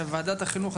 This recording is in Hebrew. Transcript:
ועדת החינוך,